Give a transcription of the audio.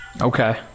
Okay